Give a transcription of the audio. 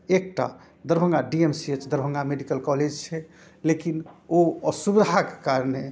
एकटा Darbhanga D M C H Darbhanga medical college छै लेकिन ओ असुविधाके कारणे